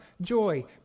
joy